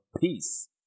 Peace